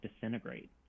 disintegrate